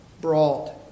brought